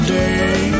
day